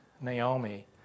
Naomi